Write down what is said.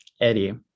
Eddie